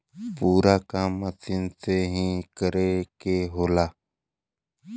पूरा काम मसीन से ही करे के होला